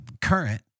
current